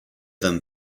them